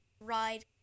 ride